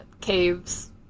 caves